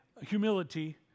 humility